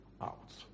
out